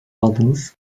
aldınız